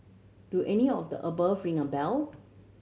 do any of the above ring a bell